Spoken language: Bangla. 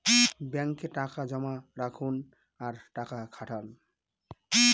ব্যাঙ্কে টাকা জমা রাখুন আর টাকা খাটান